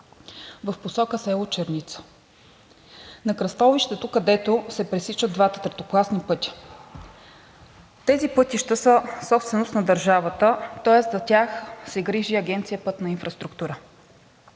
в посока село Черница на кръстовището, където се пресичат двата третокласни пътя. Тези пътища са собственост на държавата, тоест за тях се грижи Агенция „Пътна инфраструктура“.